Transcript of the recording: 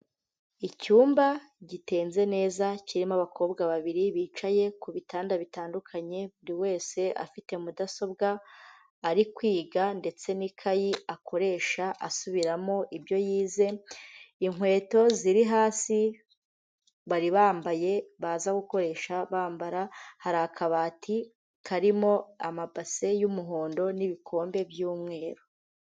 Icyumba gitenze neza, kirimo abakobwa babiri bicaye ku bitanda bitandukanye. Buri wese afite mudasobwa ari kwiga ndetse n'ikayi akoresha asubiramo ibyo yize. Inkweto ziri hasi bari bambaye, baza gukoresha bambara. Hari akabati karimo amabase y'umuhondo n'ibikombe by'umweru.